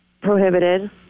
Prohibited